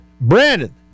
Brandon